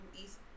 east